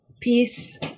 peace